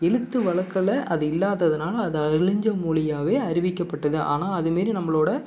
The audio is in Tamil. எழுத்து வழக்கில் அது இல்லாததுனால் அது அழிஞ்ச மொழியாகவே அறிவிக்கப்பட்டது ஆனால் அதை மாரி நம்மளோட